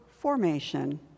formation